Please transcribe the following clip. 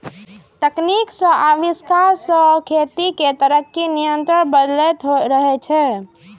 तकनीक के आविष्कार सं खेती के तरीका निरंतर बदलैत रहलैए